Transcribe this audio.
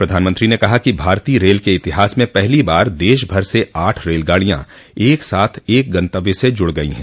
प्रधानमंत्री ने कहा कि भारतीय रेल के इतिहास में पहली बार देशभर से आठ रेलगाडियां एक साथ एक गन्तव्य से जुड़ गई हैं